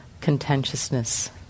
contentiousness